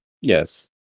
Yes